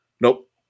nope